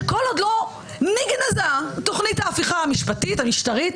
שכל עוד לא נגנזה תוכנית ההפיכה המשפטית המשטרית,